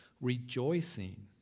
rejoicing